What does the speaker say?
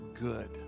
good